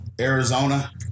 Arizona